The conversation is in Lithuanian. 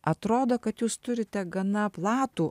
atrodo kad jūs turite gana platų